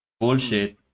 bullshit